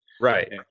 Right